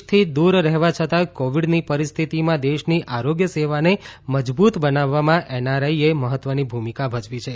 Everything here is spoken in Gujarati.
દેશ થી દુર રહેવા છતાં કોવીડની પરિસ્થિતિમાં દેશની આરોગ્ય સેવાને મજબુત બનાવવામાં એનઆરઆઇએ મહત્વની ભૂમિકા ભજવી છે